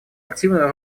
активную